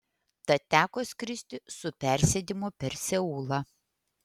tad teko skristi su persėdimu per seulą